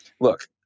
look